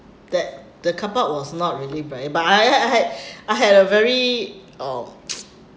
that the car park was not really b~ but I had I had a very um